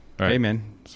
Amen